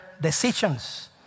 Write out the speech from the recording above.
decisions